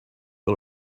but